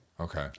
Okay